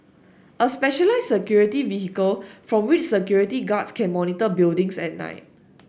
a specialised security vehicle from which security guards can monitor buildings at night